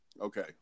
okay